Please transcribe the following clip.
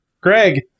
Greg